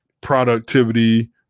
productivity